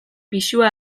pisua